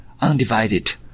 undivided